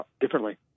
differently